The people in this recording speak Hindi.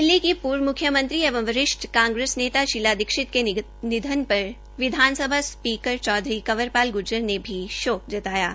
दिल्ली की पूर्व मुख्यमंत्री एवं वरिष्ठ कांग्रेस नेत्री शीला दीक्षित के निधन पर विधान सभा स्पीकर चौ कंवरपाल गुर्जर ने भी शोक जताया है